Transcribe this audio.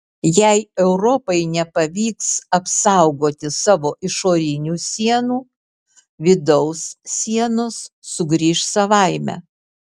jei europai nepavyks apsaugoti savo išorinių sienų vidaus sienos sugrįš savaime